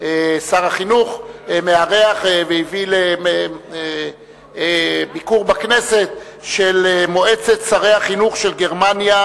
שר החינוך מארח והביא לביקור בכנסת את מועצת שרי החינוך של גרמניה,